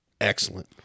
excellent